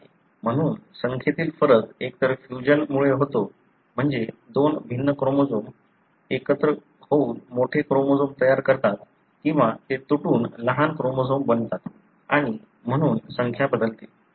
म्हणून संख्येतील फरक एकतर फ्यूजन मुळे होतो म्हणजे दोन भिन्न क्रोमोझोम एकत्र होऊन मोठे क्रोमोझोम तयार करतात किंवा ते तुटून लहान क्रोमोझोम बनतात आणि म्हणून संख्या बदलते